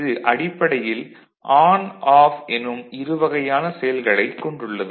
இது அடிப்படையில் on off எனும் இருவகையான செயல்களைக் கொண்டுள்ளது